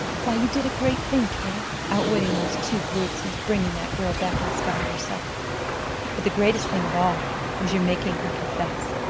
why, you did a great thing, kid! outwitting those two brutes and bringing that girl back in spite of herself. but the greatest thing of all was your making her confess.